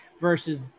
versus